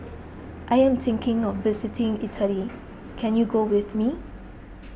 I am thinking of visiting Italy can you go with me